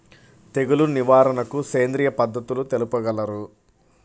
తెగులు నివారణకు సేంద్రియ పద్ధతులు తెలుపగలరు?